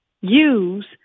use